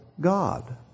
God